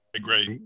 great